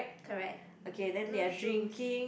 correct blue shoes